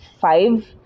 five